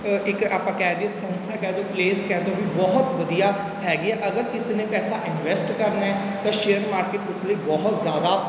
ਇੱਕ ਆਪਾਂ ਕਹਿ ਦੇਈਏ ਸੰਸਥਾ ਕਹਿ ਦਿਓ ਪਲੇਸ ਕਹਿ ਦਿਓ ਵੀ ਬਹੁਤ ਵਧੀਆ ਹੈਗੀ ਆ ਅਗਰ ਕਿਸੇ ਨੇ ਪੈਸਾ ਇਨਵੈਸਟ ਕਰਨਾ ਹੈ ਤਾਂ ਸ਼ੇਅਰ ਮਾਰਕੀਟ ਉਸ ਲਈ ਬਹੁਤ ਜ਼ਿਆਦਾ